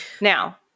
Now